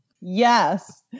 Yes